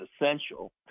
essential